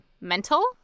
mental